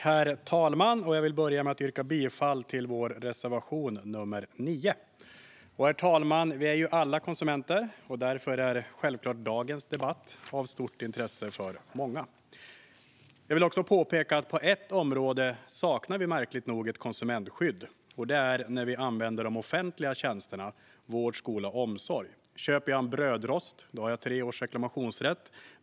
Herr talman! Jag vill börja med att yrka bifall till vår reservation 9. Herr talman! Vi är alla konsumenter. Därför är självklart dagens debatt av stort intresse för många. Jag vill påpeka att vi på ett område märkligt nog saknar konsumentskydd, och det är när vi använder de offentliga tjänsterna: vård, skola och omsorg. Om jag köper en brödrost har jag tre års reklamationsrätt.